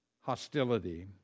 hostility